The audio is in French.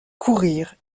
courir